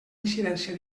incidència